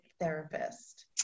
therapist